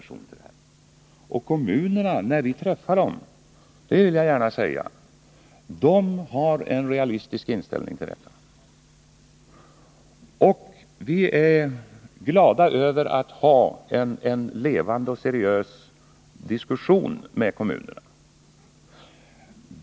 Och när vi träffar kommunernas representanter har de — det vill jag gärna säga — en realistisk inställning till detta. Vi är glada över att ha en levande och seriös diskussion med kommunerna.